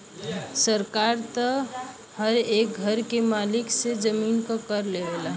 सरकार त हरे एक घर के मालिक से जमीन के कर लेवला